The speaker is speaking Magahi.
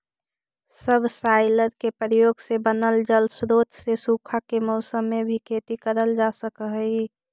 सबसॉइलर के प्रयोग से बनल जलस्रोत से सूखा के मौसम में भी खेती करल जा सकऽ हई